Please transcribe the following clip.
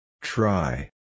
Try